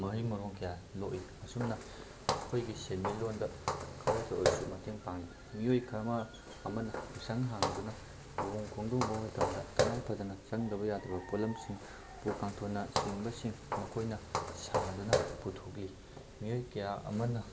ꯃꯍꯩ ꯃꯔꯣꯡ ꯀꯌꯥ ꯂꯣꯛꯏ ꯑꯁꯨꯝꯅ ꯑꯩꯈꯣꯏꯒꯤ ꯁꯦꯟꯃꯤꯠꯂꯣꯟꯗ ꯈꯔꯇ ꯑꯣꯏꯔꯁꯨ ꯃꯇꯦꯡ ꯄꯥꯡꯉꯤ ꯃꯤꯑꯣꯏ ꯈꯔ ꯑꯃ ꯑꯃꯅ ꯎꯁꯪ ꯍꯥꯡꯗꯨꯅ ꯂꯨꯍꯣꯡ ꯈꯣꯡꯗꯣꯡꯕ ꯃꯇꯝꯗ ꯇꯉꯥꯏ ꯐꯗꯅ ꯆꯪꯗꯕ ꯌꯥꯗꯔꯕ ꯄꯣꯠꯂꯝꯁꯤꯡ ꯎꯄꯨ ꯀꯥꯡꯊꯣꯜꯅ ꯆꯤꯡꯕꯁꯤꯡ ꯃꯈꯣꯏꯅ ꯁꯥꯗꯨꯅ ꯄꯨꯊꯣꯛꯂꯤ ꯃꯤꯑꯣꯏ ꯀꯌꯥ ꯑꯃꯅ